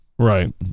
right